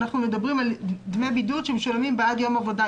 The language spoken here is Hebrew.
אנחנו מדברים על דמי בידוד שמשולמים בעד יום עבודה.